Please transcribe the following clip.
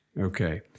Okay